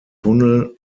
tunnel